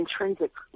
intrinsic